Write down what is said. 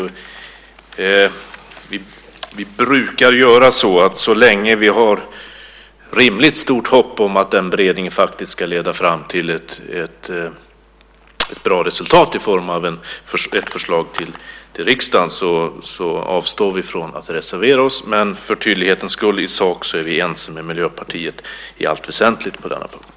Vi brukar göra så att så länge vi har rimligt stort hopp om att en beredning faktiskt ska leda fram till ett bra resultat i form av ett förslag till riksdagen så avstår vi från att reservera oss. För tydlighetens skull vill jag dock säga att i sak är vi ense med Miljöpartiet i allt väsentligt på denna punkt.